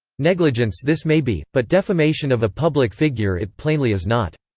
negligence this may be but defamation of a public figure it plainly is not.